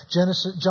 Genesis